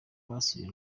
basuye